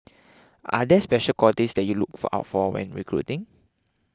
are there special qualities that you look for out for when recruiting